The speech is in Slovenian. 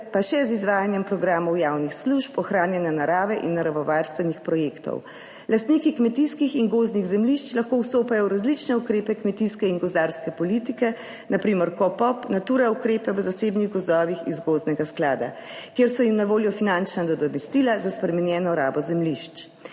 pa še z izvajanjem programov javnih služb, ohranjanja narave in naravovarstvenih projektov. Lastniki kmetijskih in gozdnih zemljišč lahko vstopajo v različne ukrepe kmetijske in gozdarske politike, na primer KOPOP, natura ukrepe v zasebnih gozdovih iz gozdnega sklada, kjer so jim na voljo finančna nadomestila za spremenjeno rabo zemljišč.